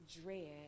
dread